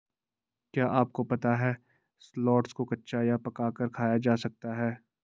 क्या आपको पता है शलोट्स को कच्चा या पकाकर खाया जा सकता है?